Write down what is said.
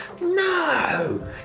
No